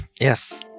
yes